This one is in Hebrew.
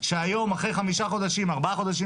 שהיום אחרי חמישה חודשים ארבעה חודשים